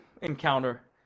encounter